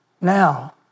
now